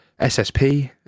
SSP